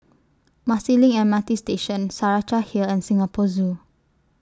Marsiling M R T Station Saraca Hill and Singapore Zoo